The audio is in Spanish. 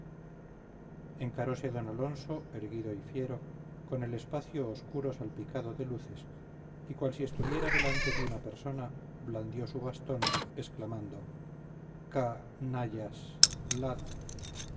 parte se oía encarose d alonso erguido y fiero con el espacio obscuro salpicado de luces y cual si estuviera delante de una persona blandió su bastón exclamando ca nallas lad